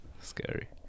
scary